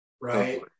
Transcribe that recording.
Right